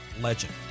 Legend